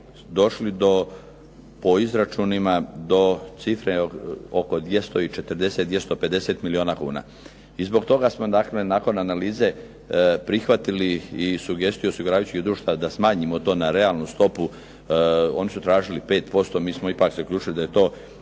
došli do, po izračunima, do cifre oko 240, 250 milijuna kuna. I zbog toga smo dakle nakon analize prihvatili i sugestiju osiguravajućih društava da smanjimo to na realnu stopu. Oni su tražili 5%, mi smo ipak zaključili da je to